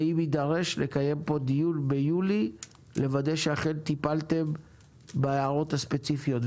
ואם יידרש נקיים פה דיון ביולי לוודא שאכן טיפלתם בהערות הספציפיות.